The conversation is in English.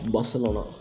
Barcelona